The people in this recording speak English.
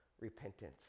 repentance